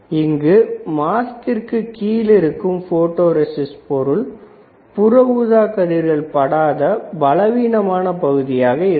இங்கு மாஸ்க்கிற்கு கீழிருக்கும் போட்டோ ரெஸிஸ்ட் பொருள் புற ஊதாக் கதிர்கள் படாத பலவீனமான பகுதியாக இருக்கும்